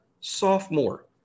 sophomore